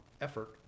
effort